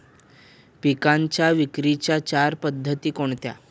पिकांच्या विक्रीच्या चार पद्धती कोणत्या?